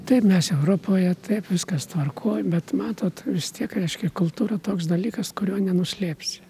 taip mes europoje taip viskas tvarkoj bet matot vis tiek reiškia kultūra toks dalykas kurio nenuslėpsi